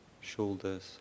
shoulders